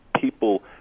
people